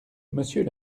monsieur